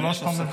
שלוש פעמים חמש.